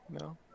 no